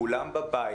כולם בבית,